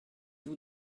vous